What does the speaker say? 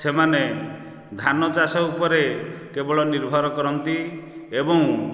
ସେମାନେ ଧାନ ଚାଷ ଉପରେ କେବଳ ନିର୍ଭର କରନ୍ତି ଏବଂ